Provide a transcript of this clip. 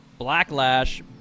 Blacklash